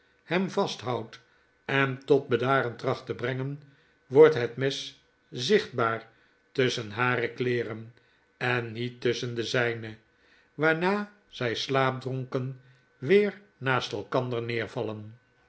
hem vasthoudt en tot bedaren tracht te brengen wordt het mes zichtbaar tusschen hare kleeren en niet tusschen de zpe waarna zy slaapdronken weer naast elkander neervallen